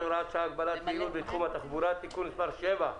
(הוראת שעה) (הגבלת פעילות בתחום התחבורה) (תיקון מס' 7),